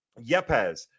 Yepes